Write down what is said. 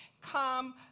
come